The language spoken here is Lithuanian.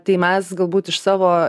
tai mes galbūt iš savo